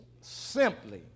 simply